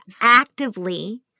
actively